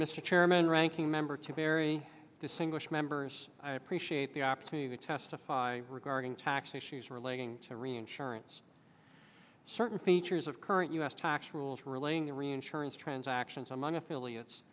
mr chairman ranking member to bury this english members i appreciate the opportunity to testify regarding tax issues relating to reinsurance certain features of current u s tax rules relating the reinsurance transactions among affiliates